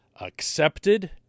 accepted